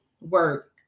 work